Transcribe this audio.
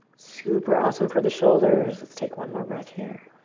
super awesome for the shoulders. let's take one more breath here.